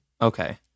Okay